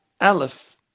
aleph